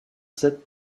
sept